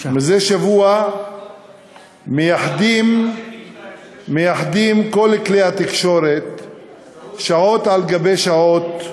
זה שבוע מייחדים כל כלי התקשורת שעות על גבי שעות,